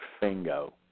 Bingo